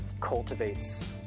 cultivates